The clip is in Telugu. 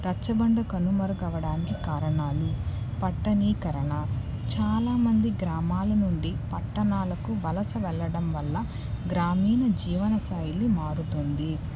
రచ్చబండ కనుమరుగవడానికి కారణాలు పట్టణీకరణ చాలామంది గ్రామాల నుండి పట్టణాలకు వలస వెళ్ళడం వల్ల గ్రామీణ జీవన శైలి మారుతుంది